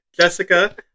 Jessica